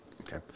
Okay